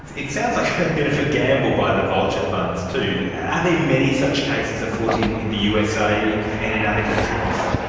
it sounds like a bit of a gamble by the vulture funds too. are there many such cases afoot in in the usa and in other countries?